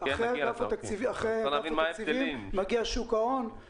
ואכן ההצעה שלנו אושרה וב-2016 הוספנו